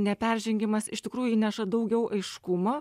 neperžengimas iš tikrųjų įneša daugiau aiškumo